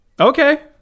Okay